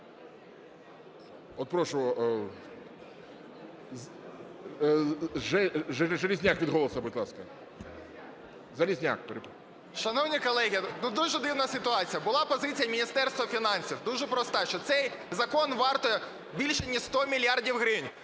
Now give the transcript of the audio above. Прошу, Железняк, від "Голосу", будь ласка. Железняк. 13:07:54 ЖЕЛЕЗНЯК Я.І. Шановні колеги, ну, дуже дивна ситуація. Була позиція Міністерства фінансів дуже проста, що цей закон вартує більш ніж 100 мільярдів гривень.